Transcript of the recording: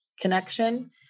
connection